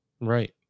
Right